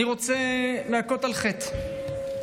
אני רוצה להכות על חטא.